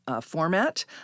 format